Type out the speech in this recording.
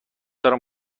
دارم